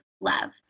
love